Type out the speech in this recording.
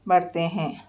بڑھتے ہیں